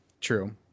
true